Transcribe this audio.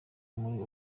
muri